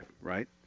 right